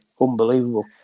unbelievable